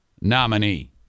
nominee